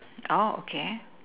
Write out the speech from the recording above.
orh okay